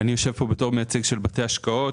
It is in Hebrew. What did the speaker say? אני יושב פה בתור מייצג של בתי השקעות,